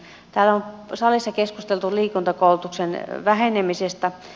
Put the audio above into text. täällä on salissa keskusteltu liikuntakoulutuksen vähenemisestä